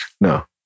No